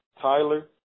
Tyler